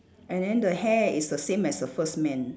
and then the hair is the same as the first man